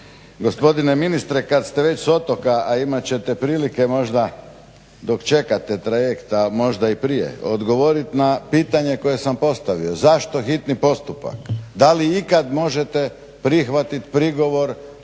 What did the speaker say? gospodine ministre kad ste već s otoka a imat ćete prilike možda dok čekate trajekt a možda i prije odgovorit na pitanje koje sam postavio, zašto hitni postupak? Da li ikad možete prihvatit prigovor